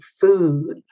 food